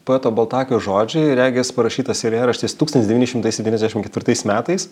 poeto baltakio žodžiai regis parašytas eilėraštis tūkstantis devyni šimtai septyniasdešim ketvirtais metais